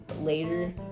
Later